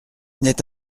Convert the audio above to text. n’est